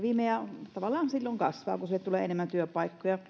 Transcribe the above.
fimea tavallaan silloin kasvaa kun sille tulee enemmän työpaikkoja